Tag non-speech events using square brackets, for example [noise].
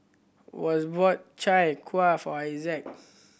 Wes bought Chai Kuih for [unintelligible] Isaac